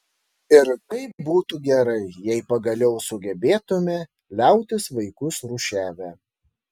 ir kaip būtų gerai jei pagaliau sugebėtume liautis vaikus rūšiavę